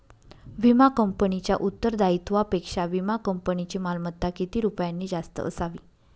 विमा कंपनीच्या उत्तरदायित्वापेक्षा विमा कंपनीची मालमत्ता किती रुपयांनी जास्त असावी?